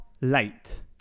late